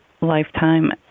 lifetime